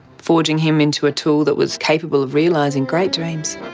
forging him into a tool that was capable of realising great dreams.